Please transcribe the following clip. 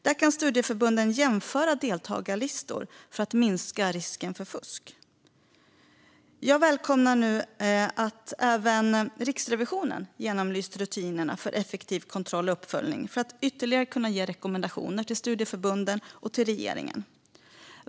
Där kan studieförbunden jämföra deltagarlistor för att minska risken för fusk. Jag välkomnar nu att även Riksrevisionen genomlyst rutinerna för effektiv kontroll och uppföljning för att kunna ge ytterligare rekommendationer till studieförbunden och regeringen.